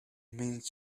means